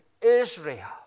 Israel